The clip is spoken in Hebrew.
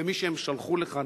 במי שהם שלחו לכאן,